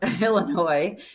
Illinois